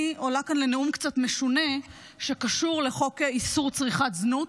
אני עולה כאן לנאום קצת משונה שקשור לחוק איסור צריכת זנות,